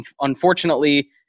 Unfortunately